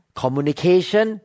communication